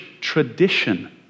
tradition